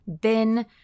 bin